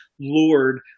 lord